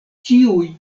ĉiuj